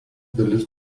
dalis